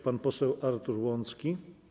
Pan poseł Artur Łącki.